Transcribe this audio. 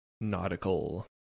nautical